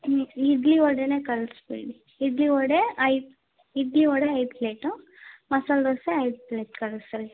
E idli ವಡೆನೇ ಕಳಿಸ್ಬಿಡಿ ಇಡ್ಲಿ ವಡೆ ಐದು ಇಡ್ಲಿ ವಡೆ ಐದು ಪ್ಲೇಟು ಮಸಾಲೆ ದೋಸೆ ಐದು ಪ್ಲೇಟ್ ಕಳಿಸ್ ರೀ